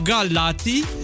Galati